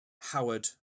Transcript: Howard